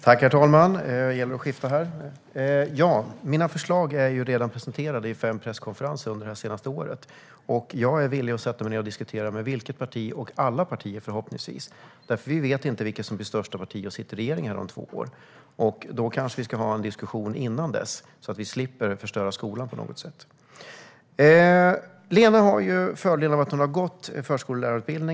Herr talman! Mina förslag är redan presenterade på fem presskonferenser under det senaste året. Jag är villig att sätta mig ned och diskutera med vilket parti som helst, förhoppningsvis alla partier, eftersom vi inte vet vilket som blir det största partiet och sitter i regeringen om två år. Då kanske vi ska ha en diskussion innan dess så att vi slipper förstöra skolan. Lena Hallengren har fördelen av att ha gått förskollärarutbildningen.